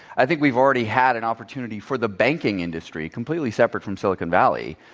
i think we've already had an opportunity for the banking industry, completely separate from silicon valley,